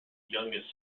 youngest